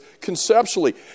conceptually